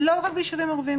לא רק ביישובים ערביים,